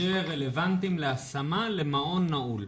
שרלוונטיים להשמה למעון נעול.